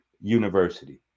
University